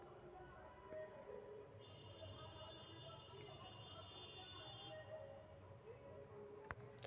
selling में भाग लेवे वाला शेयर बाजार के पूर्ण रिटर्न के कमतर आंका जा हई